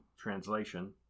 translation